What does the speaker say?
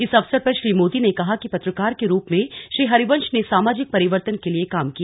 इस अवसर पर श्री मोदी ने कहा कि पत्रकार के रूप में श्री हरिवंश ने सामाजिक परिवर्तन के लिए काम किया